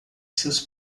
seus